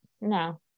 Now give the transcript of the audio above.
no